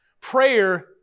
Prayer